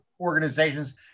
organizations